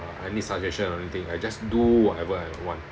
any suggestion or anything I just do whatever I want